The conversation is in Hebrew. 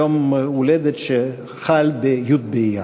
יום הולדת שחל בי' באייר.